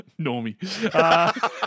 Normie